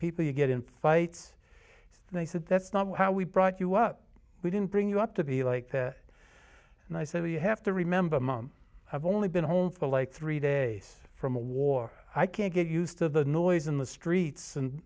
people you get in fights and i said that's not how we brought you up we didn't bring you up to be like and i said we have to remember mom i've only been home for like three days from a war i can't get used to the noise in the streets and